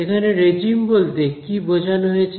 এখানে রেজিম বলতে কী বোঝানো হয়েছে